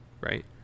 right